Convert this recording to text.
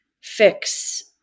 fix